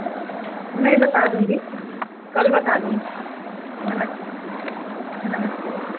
मैं बता दूँगी कल बता दूँगी नमस्ते नमस्ते